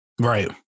Right